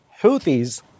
Houthis